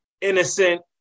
innocent